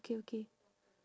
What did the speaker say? okay okay